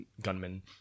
gunmen